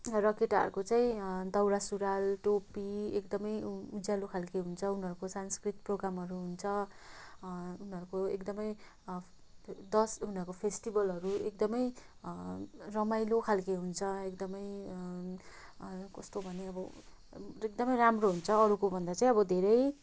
र केटाहरूको चाहिँ दाउरा सुरुवाल टोपी एकदमै उ उज्यालो खालको हुन्छ उनीहरूको सांस्कृतिक प्रोग्रामहरू हुन्छ उनीहरूको एकदमै दस उनीहरूको फेस्टिभलहरू एकदमै रमाइलो खालको हुन्छ एकदमै कस्तो भने अब एकदमै राम्रो हुन्छ अरूकोभन्दा चाहिँ अब धेरै